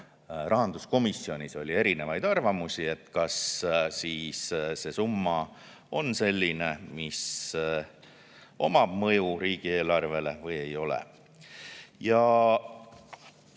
rahanduskomisjonis oli erinevaid arvamusi, kas see summa on selline, millel on mõju riigieelarvele, või ei ole.